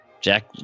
Jack